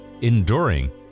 enduring